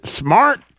smart